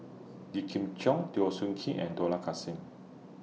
Yip Kim Cheong Teo Soon Kim and Dollah Kassim